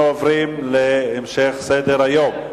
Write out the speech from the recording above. אנחנו עוברים להמשך סדר-היום: